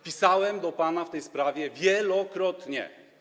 Pisałem do pana w tej sprawie wielokrotnie.